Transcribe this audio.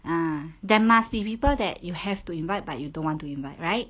ah there must be people that you have to invite but you don't want to invite right